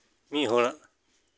ᱢᱤᱫ ᱦᱚᱲ